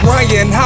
Ryan